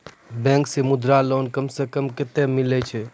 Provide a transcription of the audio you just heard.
Bank से Mudra loan कम सऽ कम कतैय मिलैय छै?